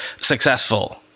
successful